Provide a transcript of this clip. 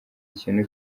ikintu